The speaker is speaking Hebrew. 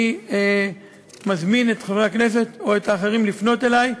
אני מזמין את חברי הכנסת או את האחרים לפנות אלי,